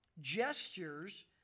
gestures